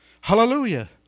Hallelujah